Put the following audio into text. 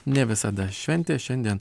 ne visada šventė šiandien